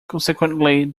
consequently